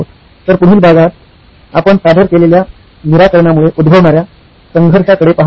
तर पुढील भागात आपण सादर केलेल्या निराकरणामुळे उद्भवणार्या संघर्षाकडे पाहणार आहोत